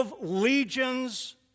legions